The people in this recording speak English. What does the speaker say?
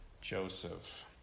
Joseph